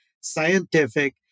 scientific